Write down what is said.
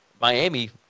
Miami